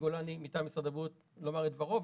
גולני מטעם משרד הבריאות לומר את דברו.